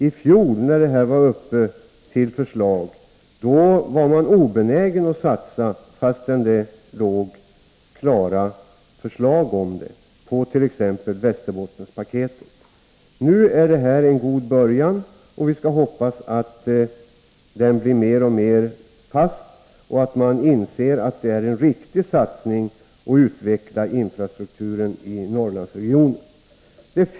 I fjol när förslaget lades fram var man obenägen att satsa fastän det fanns klara förslag om t.ex. Västerbottenpaketet. Nu är detta en god början, och vi skall hoppas att man inser att det är en riktig satsning att utveckla infrastrukturen i Norrlandsregionen.